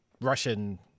Russian